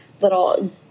little